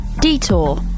Detour